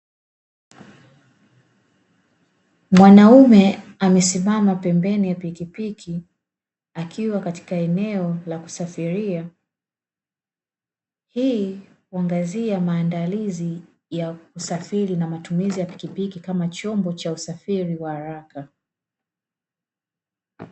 Mwanaume amesimama pembeni ya pikipiki akiwa katika eneo la kusafiria. Hii huangazia maandalizi ya usafiri na matumizi ya pikipiki kama chombo cha usafiri wa haraka.